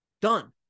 Done